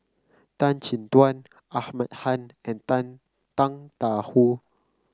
Tan Chin Tuan Ahmad Khan and Tang Tang Da Wu